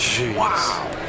Wow